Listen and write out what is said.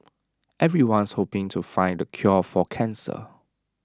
everyone's hoping to find the cure for cancer